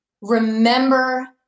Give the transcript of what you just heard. Remember